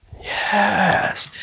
Yes